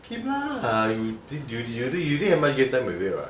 keep lah you d~ you d~ you do mind giving them away [what]